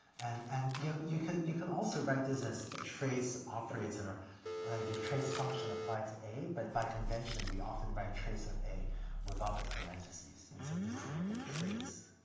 and and you you can you can also write this as trace operator like the trace function applied to a but by convention we often write trace of a without the parentheses. and so this is called the trace